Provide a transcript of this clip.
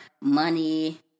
money